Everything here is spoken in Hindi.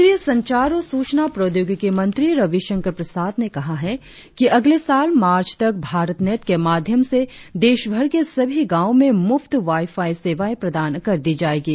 केंद्रीय संचार और सूचना प्रौद्योगिकी मंत्री रविशंकर प्रसाद ने कहा है कि अगले साल मार्च तक भारतनेट के माध्यम से देशभर के सभी गांवों में मुफ्त वाईफाई सेवाए प्रदान कर दी जाएंगी